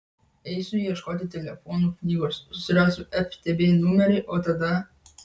eisiu ieškoti telefonų knygos susirasiu ftb numerį o tada